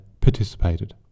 participated